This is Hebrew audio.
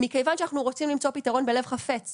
מכיוון שאנחנו רוצים למצוא פתרון בלב חפץ